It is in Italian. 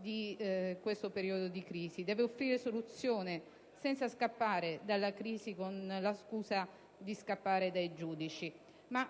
di questo periodo di crisi, deve offrire soluzioni senza scappare dalla crisi con la scusa di scappare dai giudici.